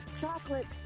chocolate